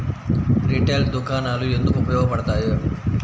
Retail దుకాణాలు ఎందుకు ఉపయోగ పడతాయి?